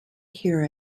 hear